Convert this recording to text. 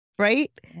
right